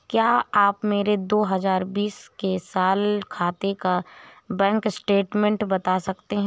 क्या आप मेरे दो हजार बीस साल के खाते का बैंक स्टेटमेंट बता सकते हैं?